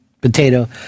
potato